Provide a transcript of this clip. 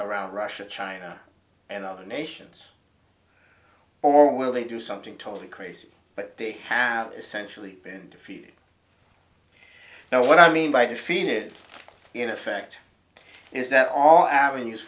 around russia china and other nations or will they do something totally crazy but they have essentially been defeated now what i mean by defeated in effect is that all avenues